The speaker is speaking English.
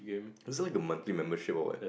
is it like a monthly membership or what